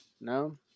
no